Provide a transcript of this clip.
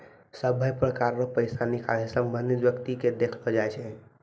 सभे प्रकार के पैसा निकासी संबंधित व्यक्ति के देखैलो जाय छै